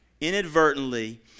Inadvertently